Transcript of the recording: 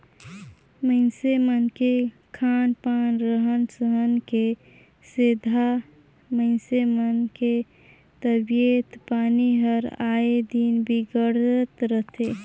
मइनसे मन के खान पान, रहन सहन के सेंधा मइनसे मन के तबियत पानी हर आय दिन बिगड़त रथे